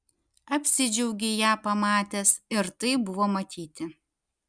apsidžiaugei ją pamatęs ir tai buvo matyti